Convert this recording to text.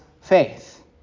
faith